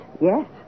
yes